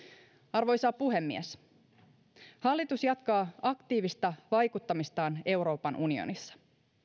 arvoisa puhemies hallitus jatkaa aktiivista vaikuttamistaan euroopan unionissa